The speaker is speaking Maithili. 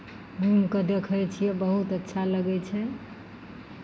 घूमि कऽ देखै छियै बहुत अच्छा लगै छै